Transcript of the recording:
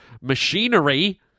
machinery